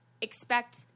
expect